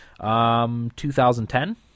2010